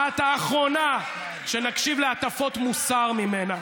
את האחרונה שנקשיב להטפות מוסר ממנה.